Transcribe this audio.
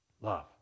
love